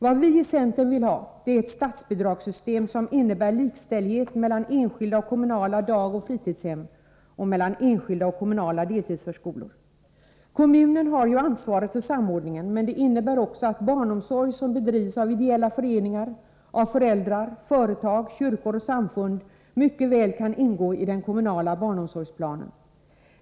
Vad vi i centern vill ha är ett statsbidragssystem som innebär likställighet mellan enskilda och kommunala dagoch fritidshem och mellan enskilda och kommunala deltidsförskolor. Kommunen har ansvaret för samordningen, men detta hindrar inte att barnomsorg som bedrivs av ideella föreningar, föräldrar, företag, kyrkor och samfund mycket väl kan ingå i den kommunala barnomsorgsplanen.